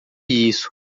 isso